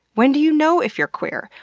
when do you know if you're queer?